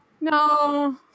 No